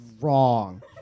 wrong